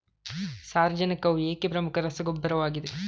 ಸಾರಜನಕವು ಏಕೆ ಪ್ರಮುಖ ರಸಗೊಬ್ಬರವಾಗಿದೆ?